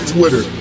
Twitter